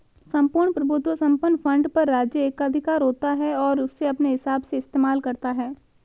सम्पूर्ण प्रभुत्व संपन्न फंड पर राज्य एकाधिकार होता है और उसे अपने हिसाब से इस्तेमाल करता है